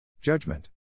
Judgment